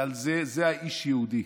זה ה"איש יהודי",